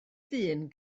dyn